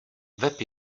web